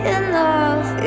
enough